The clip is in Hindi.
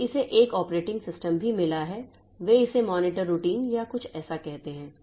तो इसे एक ऑपरेटिंग सिस्टम भी मिला है वे इसे मॉनिटर रूटीन या ऐसा कुछ कहते हैं